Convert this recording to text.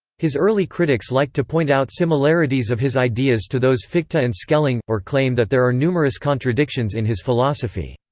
his early critics liked to point out similarities of his ideas to those fichte and schelling, or claim that there are numerous contradictions in his philosophy.